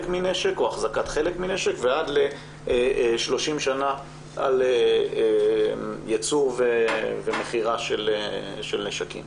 מנשק או החזקת חלק מנשק ועד ל-30 שנה על ייצור ומכירה של נשקים.